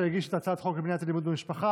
שהגיש את הצעת חוק למניעת אלימות במשפחה